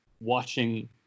watching